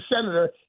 senator